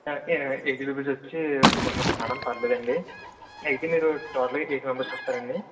ఏజె aged peoples వచ్చి two members madam పర్లేదు అండి అయితే మీరు టోటల్గా ఎయిట్ మెంబెర్స్ వస్తారా అండి